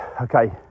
Okay